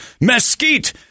mesquite